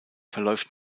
verläuft